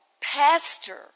Pastor